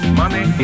money